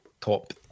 top